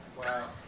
Wow